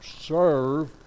serve